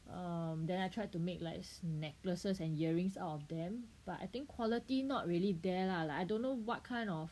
um then I tried to make like necklaces and earrings out of them but I think quality not really there lah like I don't know what kind of